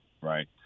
right